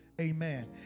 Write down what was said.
amen